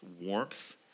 warmth